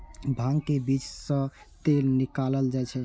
भांग के बीज सं तेल निकालल जाइ छै